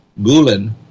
Gulen